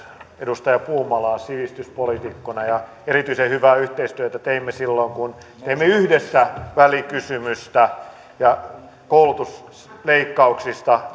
edustaja puumalaa sivistyspoliitikkona ja erityisen hyvää yhteistyötä teimme silloin kun teimme yhdessä välikysymystä koulutusleikkauksista